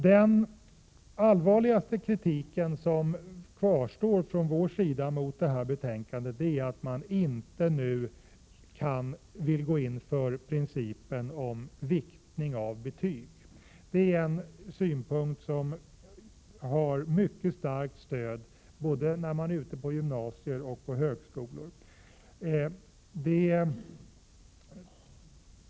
Den allvarligaste kritiken från vår sida mot detta betänkande är att man inte nu vill gå in för principen om viktning av betyg. Det är en synpunkt som har mycket starkt stöd, vilket framgår när man är ute på både gymnasier och på högskolor.